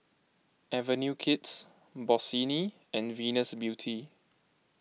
Avenue Kids Bossini and Venus Beauty